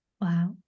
Wow